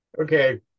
Okay